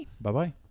bye-bye